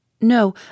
No